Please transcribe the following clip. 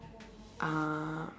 uh